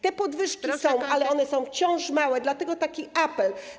Te podwyżki są, ale one są wciąż małe, dlatego taki apel.